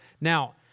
Now